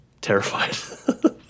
terrified